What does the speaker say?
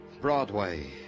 Broadway